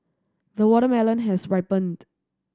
the watermelon has ripened